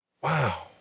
Wow